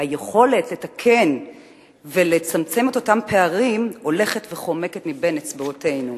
היכולת לתקן ולצמצם את אותם פערים הולכת וחומקת מבין אצבעותינו.